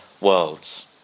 worlds